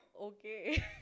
Okay